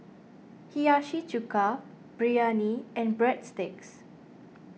Hiyashi Chuka Biryani and Breadsticks